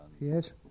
Yes